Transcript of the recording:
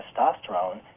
testosterone